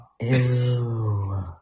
Ew